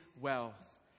wealth